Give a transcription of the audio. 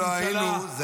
אנחנו המזוזה של הממשלה.